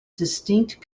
distinct